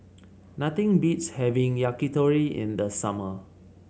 nothing beats having Yakitori in the summer